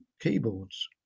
keyboards